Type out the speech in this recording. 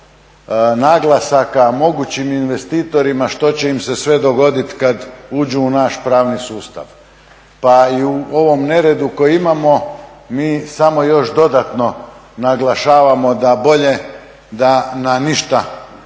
odnosno naglasaka o mogućim investitorima što će im se sve dogodit kad uđu u naš pravni sustav. Pa i u ovom neredu koji imamo mi samo još dodatno naglašavamo da bolje da na ništa ne